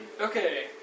Okay